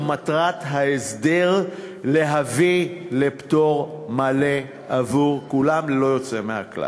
ומטרת ההסדר היא להביא לפטור מלא עבור כולם ללא יוצא מן הכלל.